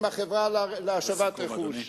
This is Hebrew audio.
עם החברה להשבת רכוש.